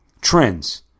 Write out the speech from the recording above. trends